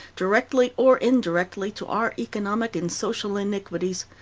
directly or indirectly, to our economic and social iniquities,